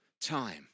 time